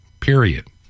Period